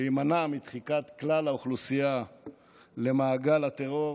להימנע מדחיקת כלל האוכלוסייה למעגל הטרור.